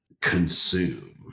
consume